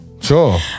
Sure